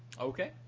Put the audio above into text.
Okay